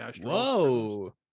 whoa